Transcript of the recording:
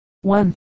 One